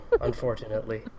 unfortunately